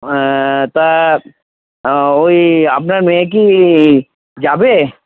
তা ওই আপনার মেয়ে কি যাবে